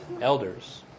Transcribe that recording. elders